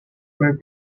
were